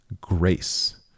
grace